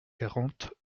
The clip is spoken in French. quarante